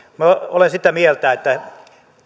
minä olen sitä mieltä että